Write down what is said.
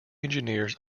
engineers